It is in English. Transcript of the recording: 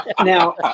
now